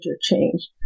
change